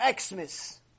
Xmas